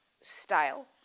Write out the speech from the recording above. style